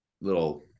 little